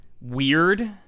weird